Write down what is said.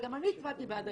וגם אני הצבעתי בעד,